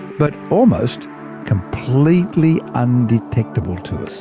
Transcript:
but almost completely undetectable to us.